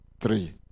Three